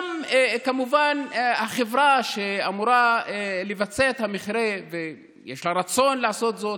כמובן החברה שאמורה לבצע את המכרה ויש לה רצון לעשות זאת,